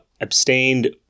abstained